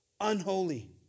unholy